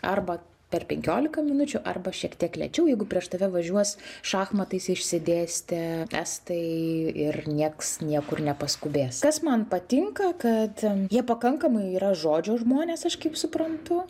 arba per penkiolika minučių arba šiek tiek lėčiau jeigu prieš tave važiuos šachmatais išsidėstę estai ir nieks niekur nepaskubės kas man patinka kad jie pakankamai yra žodžio žmonės aš kaip suprantu